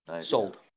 Sold